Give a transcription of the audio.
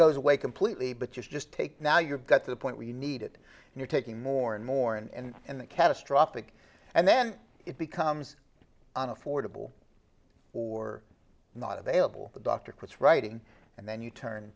goes away completely but you just take now you're got to the point where you need it and you're taking more and more and the catastrophic and then it becomes an affordable or not available the doctor quits writing and then you turn